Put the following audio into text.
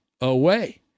away